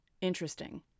Interesting